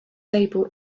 able